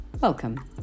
welcome